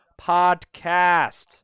podcast